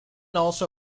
also